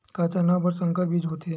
का चना बर संकर बीज होथे?